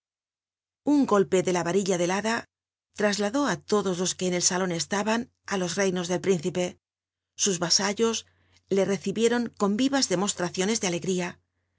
un golpe de la t nilla de la liada trasladó á lodos los que en el salon estaban ú los reinos del príncipe sus vasallos le recibieron con vivas demostraciones de alegría